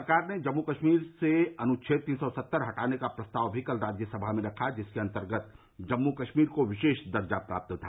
सरकार ने जम्मू कश्मीर से अनुच्छेद तीन सौ सत्तर हटाने का प्रस्ताव भी कल राज्यसभा में रखा जिसके अंतर्गत जम्मू कश्मीर को विशेष दर्जा प्राप्त था